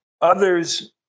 others